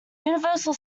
universal